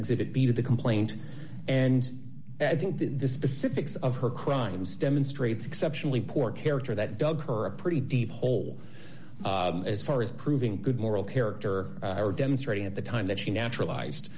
exhibit b to the complaint and i think that the specifics of her crimes demonstrates exceptionally poor character that dug her a pretty deep hole as far as proving good moral character or demonstrating at the time that she